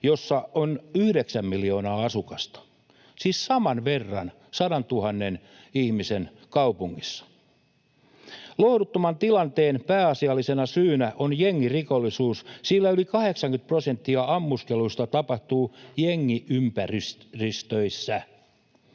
jossa on yhdeksän miljoonaa asukasta — siis saman verran 100 000 ihmisen kaupungissa. Lohduttoman tilanteen pääasiallisena syynä on jengirikollisuus, sillä yli 80 prosenttia ammuskeluista tapahtuu jengiympäristöissä.